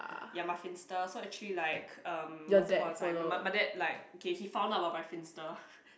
ya my Finsta so actually like um once upon a time my my dad like okay he found out about my Finsta